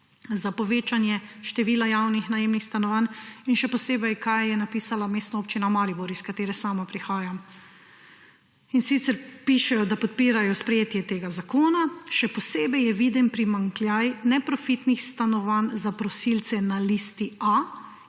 za povečanje števila javnih najemnih stanovanj, in še posebej, kaj je napisala Mestna občina Maribor, iz katere sama prihajam. In sicer pišejo, da podpirajo sprejetje tega zakona, še posebej je viden primanjkljaj neprofitnih stanovanj za prosilce na listi A,